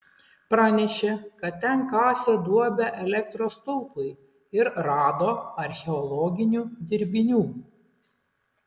pranešė kad ten kasė duobę elektros stulpui ir rado archeologinių dirbinių